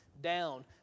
down